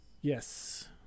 Yes